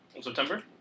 September